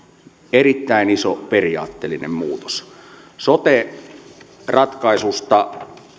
erittäin iso periaatteellinen muutos sote ratkaisusta